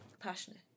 Passionate